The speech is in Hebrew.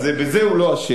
אז בזה הוא לא אשם.